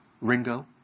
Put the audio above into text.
Ringo